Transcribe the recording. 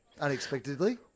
unexpectedly